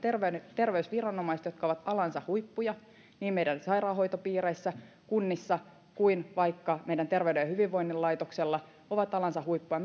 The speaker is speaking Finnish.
terveysviranomaiset jotka ovat alansa huippuja osaavat tehdä työnsä niin meidän sairaanhoitopiireissä kunnissa kuin vaikka meidän terveyden ja hyvinvoinnin laitoksella nämä ihmiset ovat alansa huippuja